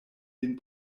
lin